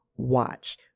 watch